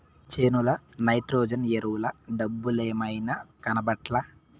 చేనుల నైట్రోజన్ ఎరువుల డబ్బలేమైనాయి, కనబట్లా